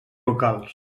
locals